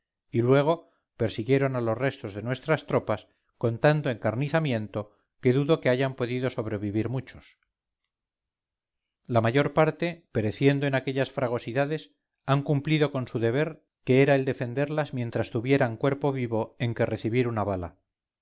y luego persiguieron a los restos de nuestras tropas con tanto encarnizamiento que dudo que hayan podido sobrevivir muchos la mayor parte pereciendo en aquellas fragosidades han cumplido con su deber que era defenderlas mientras tuvieran cuerpo vivo en que recibir una bala